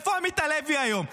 איפה עמית הלוי היום?